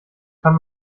kann